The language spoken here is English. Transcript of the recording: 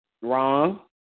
wrong